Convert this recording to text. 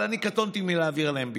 אני קטונתי מלהעביר עליהם ביקורת.